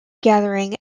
gathering